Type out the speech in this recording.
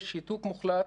יש שיתוק מוחלט,